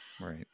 Right